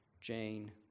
Jane